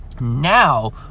now